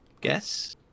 guess